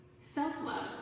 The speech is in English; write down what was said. self-love